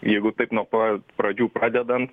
jeigu taip nuo pat pradžių pradedant